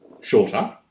shorter